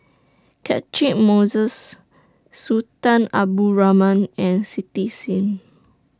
Catchick Moses Sultan Abdul Rahman and Cindy SIM